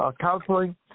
counseling